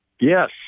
Yes